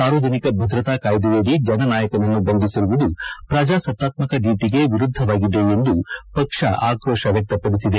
ಸಾರ್ವಜನಿಕ ಭದ್ರತಾ ಕಾಯ್ದೆಯಡಿ ಜನನಾಯಕನನ್ನು ಬಂಧಿಸಿರುವುದು ಪ್ರಜಾಸತ್ತಾತ್ಮಕ ನೀತಿಗೆ ವಿರುದ್ದವಾಗಿದೆ ಎಂದು ಪಕ್ಷ ಆಕ್ರೋಶ ವ್ಯಕ್ತಪಡಿಸಿದೆ